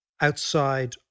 outside